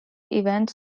events